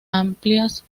amplias